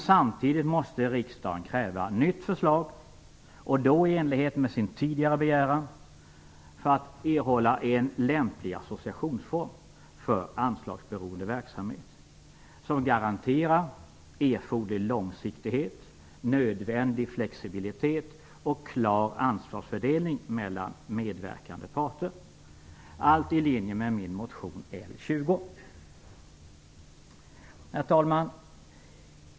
Samtidigt måste riksdagen kräva nytt förslag i enlighet med sin tidigare begäran för att erhålla en lämplig associationsform för anslagsberoende verksamhet, som garanterar erforderlig långsiktighet, nödvändig flexibilitet och klar ansvarsfördelning mellan medverkande parter - allt i linje med min motion 1995/96:L20. Herr talman!